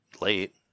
late